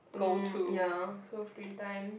mm ya so free time